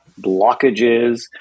blockages